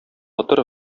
батыр